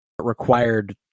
required